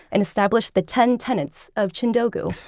and established the ten tenets of chindogu.